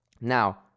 Now